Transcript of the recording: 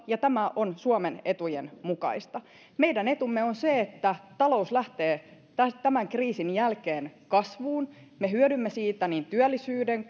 ja tämä on suomen etujen mukaista meidän etumme on se että talous lähtee tämän kriisin jälkeen kasvuun me hyödymme siitä niin työllisyyden